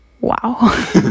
wow